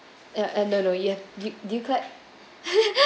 uh no no you have do do you clap